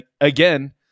again